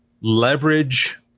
leverage